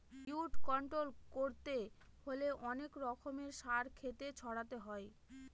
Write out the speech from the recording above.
weed control করতে হলে অনেক রকমের সার ক্ষেতে ছড়াতে হয়